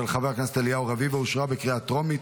של חבר הכנסת אליהו רביבו אושרה בקריאה טרומית,